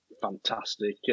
Fantastic